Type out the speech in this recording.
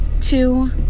two